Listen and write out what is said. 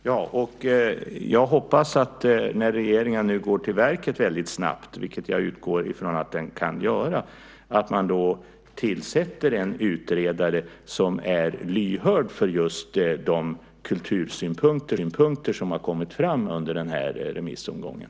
Fru talman! Jag hoppas att när regeringen nu går till verket väldigt snabbt, vilket jag utgår från att den kan göra, man tillsätter en utredare som är lyhörd för just de kultursynpunkter som har kommit fram under den här remissomgången.